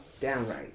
Downright